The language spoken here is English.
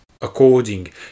according